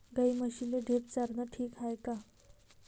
गाई म्हशीले ढेप चारनं ठीक हाये का?